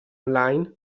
online